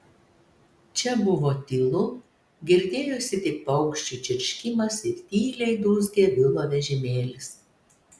čia buvo tylu girdėjosi tik paukščių čirškimas ir tyliai dūzgė vilo vežimėlis